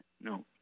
No